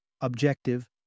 objective